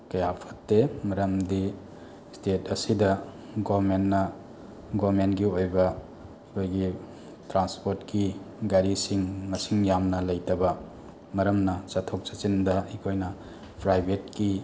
ꯀꯌꯥ ꯐꯠꯇꯦ ꯃꯔꯝꯗꯤ ꯁ꯭ꯇꯦꯠ ꯑꯁꯤꯗ ꯒꯣꯚꯔꯟꯃꯦꯟꯅ ꯐꯣꯚꯔꯟꯃꯦꯟꯒꯤ ꯑꯣꯏꯕ ꯑꯩꯈꯣꯏꯒꯤ ꯇ꯭ꯔꯥꯟꯄꯣꯠꯀꯤ ꯒꯥꯔꯤꯁꯤꯡ ꯃꯁꯤꯡ ꯌꯥꯝꯅ ꯂꯩꯇꯕ ꯃꯔꯝꯅ ꯆꯠꯊꯣꯛ ꯆꯠꯁꯤꯟꯗ ꯑꯩꯈꯣꯏꯅ ꯄ꯭ꯔꯥꯏꯕꯦꯠꯀꯤ